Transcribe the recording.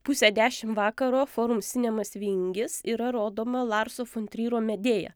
pusę dešim vakaro forum sinemas vingis yra rodoma larso fon tryro medėja